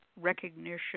recognition